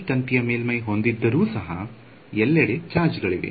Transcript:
ಈ ತಂತಿಯು ಮೇಲ್ಮೈ ಹೊಂದಿದ್ದರೂ ಸಹ ಎಲ್ಲೆಡೆ ಚಾರ್ಜ್ ಗಳಿವೆ